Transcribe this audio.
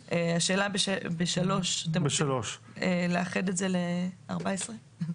השאלה ב-(3) לאחד את זה ל-14 ימים?